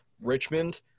Richmond